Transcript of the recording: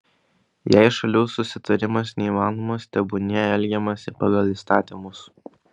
jei šalių susitarimas neįmanomas tebūnie elgiamasi pagal įstatymus